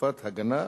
תקופת הגנה,